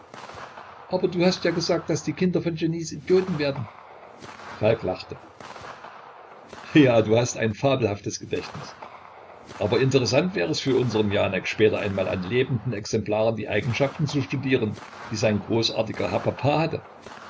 aber du hast ja gesagt daß die kinder von genies idioten werden falk lachte ja du hast ein fabelhaftes gedächtnis aber interessant wäre es für unsern janek später einmal an lebenden exemplaren die eigenschaften zu studieren die sein großartiger